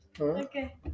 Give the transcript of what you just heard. Okay